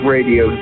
Radio